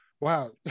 wow